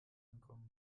ankommen